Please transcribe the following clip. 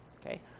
Okay